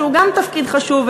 שגם הוא תפקיד חשוב,